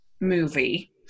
movie